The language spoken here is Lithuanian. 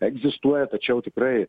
egzistuoja tačiau tikrai